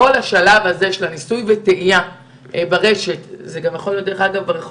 כל השלב הזה של ניסוי וטעייה ברשת דרך אגב זה יכול להיות גם ברחוב,